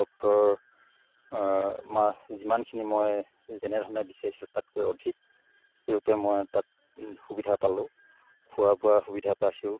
doctor মা যিমানখিনি মই যেনেধৰণে বিচাৰিছিলো তাতকৈ অধিক সেই ৰূপে মই তাত সুবিধা পালো খোৱা বোৱা সুবিধা পাইছোঁ